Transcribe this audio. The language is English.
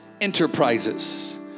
enterprises